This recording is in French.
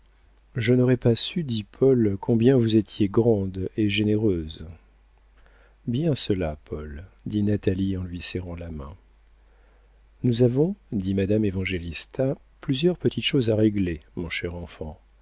je n'aurais pas su dit paul combien vous étiez grande et généreuse bien cela paul dit natalie en lui serrant la main nous avons dit madame évangélista plusieurs petites choses à régler mon cher enfant